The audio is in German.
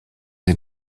den